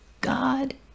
God